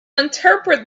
interpret